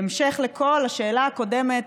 בהמשך לכל השאלה הקודמת,